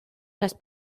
las